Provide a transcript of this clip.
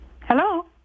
Hello